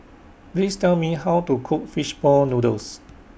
Please Tell Me How to Cook Fish Ball Noodles